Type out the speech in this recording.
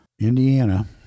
Indiana